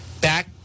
back